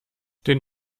den